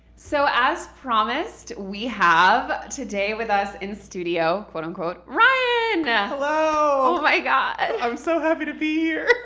so as promised, we have, today with us in studio, quote unquote, ryan. hello. oh my god. i'm so happy to be here.